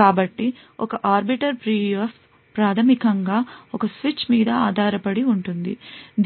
కాబట్టి ఒక arbiter PUF ప్రాథమికం గా ఒక స్విచ్ మీద ఆధారపడి ఉంటుంది